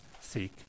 seek